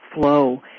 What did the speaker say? flow